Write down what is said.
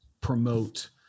promote